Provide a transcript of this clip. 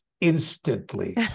instantly